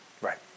Right